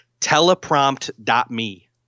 teleprompt.me